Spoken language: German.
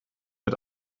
mit